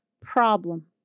problem